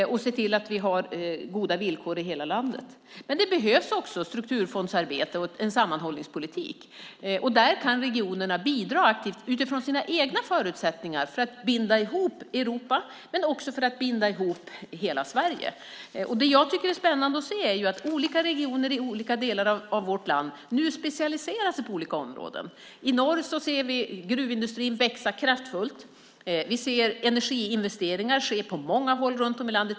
Vi ska se till att ha goda villkor i hela landet. Men det behövs också strukturfondsarbete och en sammanhållningspolitik. Där kan regionerna bidra aktivt utifrån sina egna förutsättningar för att binda ihop Europa men också hela Sverige. Det är spännande att se att olika regioner i olika delar av vårt land specialiserar sig på olika områden. I norr ser vi gruvindustrin växa kraftfullt. Vi ser energiinvesteringar ske på många håll runt om i landet.